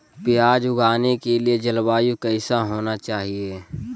प्याज उगाने के लिए जलवायु कैसा होना चाहिए?